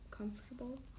comfortable